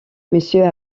monsieur